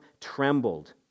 trembled